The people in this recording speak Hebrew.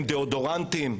הם דאודורנטים.